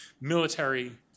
military